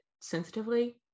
sensitively